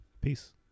Peace